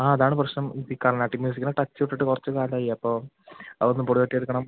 ആ അതാണ് പ്രശ്നം ഈ കർണാട്ടിക്ക് മ്യൂസിക്കിന് ടച്ച് വിട്ടിട്ട് കുറച്ച് കാലമായി അപ്പൊ അതൊന്ന് പൊടി തട്ടിയെടുക്കണം